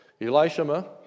Elishama